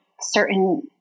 certain